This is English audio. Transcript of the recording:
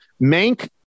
Mank